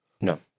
No